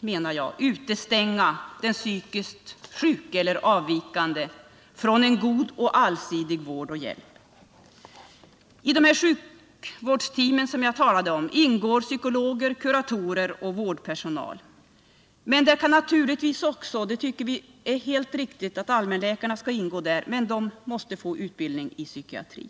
menar jag, på grund av detta utestänga den psykiskt sjuke eller avvikande från en god och allsidig vård och hjälp. I sjukvårdsteamen som jag talade om ingår psykologer, kuratorer och vårdpersonal. Där kan naturligtvis — det tycker viär helt riktigt — också allmänläkarna ingå om de får utbildning i psykiatri.